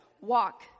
Walk